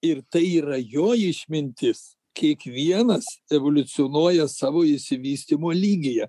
ir tai yra jo išmintis kiekvienas evoliucionuoja savo išsivystymo lygyje